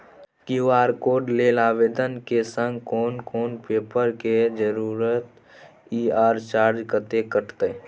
QR code लेल आवेदन के संग कोन कोन पेपर के जरूरत इ आ चार्ज कत्ते कटते?